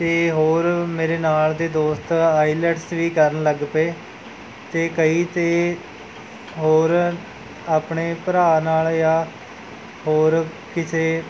ਅਤੇ ਹੋਰ ਮੇਰੇ ਨਾਲ਼ ਦੇ ਦੋਸਤ ਆਈਲੈਟਸ ਵੀ ਕਰਨ ਲੱਗ ਪਏ ਅਤੇ ਕਈ ਅਤੇ ਹੋਰ ਆਪਣੇ ਭਰਾ ਨਾਲ਼ ਜਾਂ ਹੋਰ ਕਿਸੇ